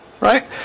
right